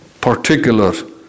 particular